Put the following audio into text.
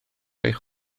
eich